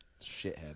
shithead